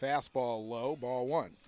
fastball low ball one